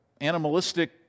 animalistic